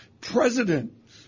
president